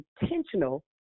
intentional